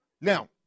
Now